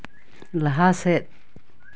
ᱞᱟᱦᱟ ᱥᱮᱫ